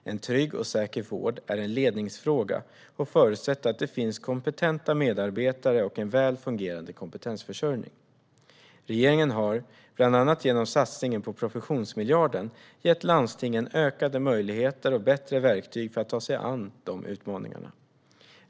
En trygg och säker vård är en ledningsfråga och förutsätter att det finns kompetenta medarbetare och en väl fungerande kompetensförsörjning. Regeringen har, bland annat genom satsningen på professionsmiljarden, gett landstingen ökade möjligheter och bättre verktyg för att ta sig an de utmaningarna.